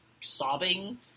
sobbing